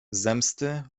zemsty